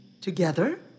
Together